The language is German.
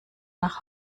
nach